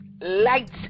lights